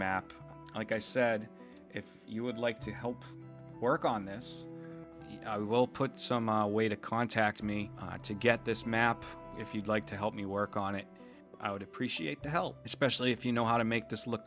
map like i said if you would like to help work on this i will put some way to contact me to get this map if you'd like to help me work on it i would appreciate the help especially if you know how to make this look